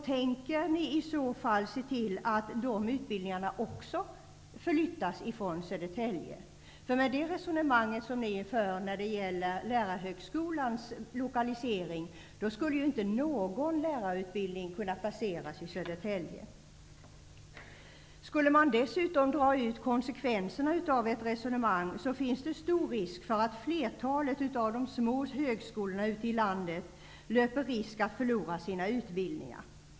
Tänker ni i så fall se till att också de utbildningarna flyttas från Södertälje? Med det resonemang som ni för om Lärarhögskolans lokalisering skulle ju inte någon lärarutbildning kunna placeras i Södertälje. Skulle man dessutom dra konsekvenserna av ert resonemang, finns det stor risk för att flertalet av de små högskolorna i landet riskerar att förlora sina utbildningar.